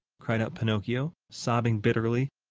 cried out pinocchio, sobbing bitterly.